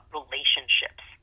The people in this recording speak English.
relationships